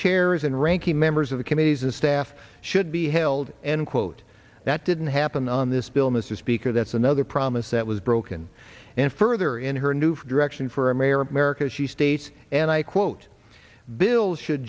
chairs and ranking members of the committees and staff should be held and quote that didn't happen on this bill mr speaker that's another promise that was broken and further in her new for direction for america america she states and i quote bill should